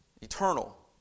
eternal